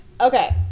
Okay